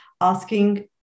asking